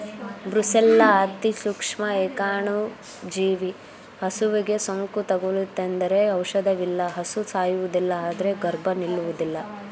brucella ಅತಿಸೂಕ್ಷ್ಮ ಏಕಾಣುಜೀವಿ ಹಸುವಿಗೆ ಸೋಂಕು ತಗುಲಿತೆಂದರೆ ಔಷಧವಿಲ್ಲ ಹಸು ಸಾಯುವುದಿಲ್ಲ ಆದ್ರೆ ಗರ್ಭ ನಿಲ್ಲುವುದಿಲ್ಲ